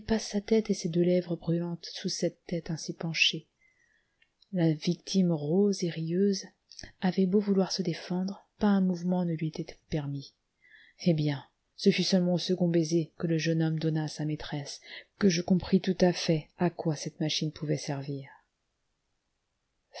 sa tête et ses deux lèvres brûlantes sous cette tête ainsi penchée la victime rose et rieuse avait beau vouloir se défendre pas un mouvement ne lui était permis eh bien ce fut seulement au second baiser que le jeune homme donna à sa maîtresse que je compris tout à fait à quoi cette machine pouvait servir